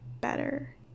better